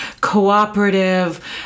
cooperative